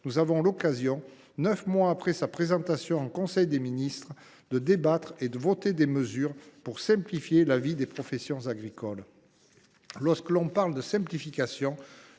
nous avons l’occasion, neuf mois après la présentation de ce texte en Conseil des ministres, de débattre et de voter des mesures pour simplifier la vie des professions agricoles. Lorsqu’on parle de simplification,